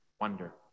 wonder